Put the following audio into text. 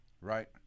Right